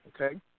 okay